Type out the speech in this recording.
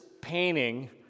painting